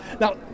Now